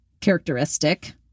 characteristic